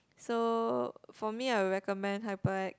so for me I will recommend Hyperact